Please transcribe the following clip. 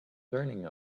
turning